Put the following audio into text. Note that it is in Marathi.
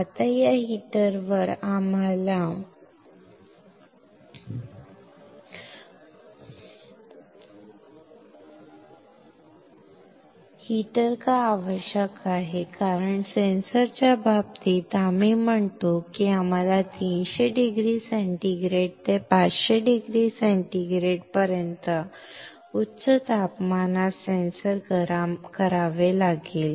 आता या हीटरवर आम्हाला हीटर का आवश्यक आहे कारण सेन्सरच्या बाबतीत आम्ही म्हणतो की आम्हाला 300 डिग्री सेंटीग्रेड ते 500 डिग्री सेंटीग्रेड पर्यंत उच्च तापमानात सेन्सर गरम करावे लागेल